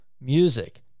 music